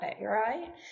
right